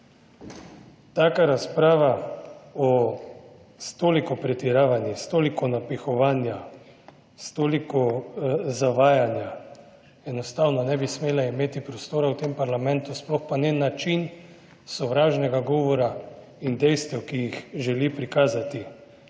Taka razprava o, s toliko pretiravanji, s toliko napihovanja, s toliko zavajanja, enostavno ne bi smela imeti prostora v tem parlamentu, sploh pa ne način sovražnega govora in dejstev, ki jih želi prikazati